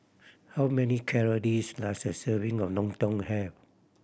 how many calories does a serving of lontong have